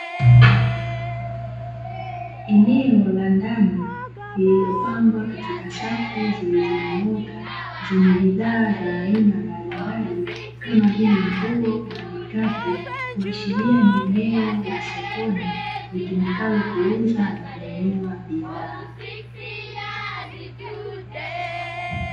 Eneo la ndani liliopangwa katika safu, zilizonyooka zenye bidhaa za aina mbalimbali kama vile nguo na vikapu kuashiria ni eneo la sokoni litumikalo kuuza na kununua bidhaa.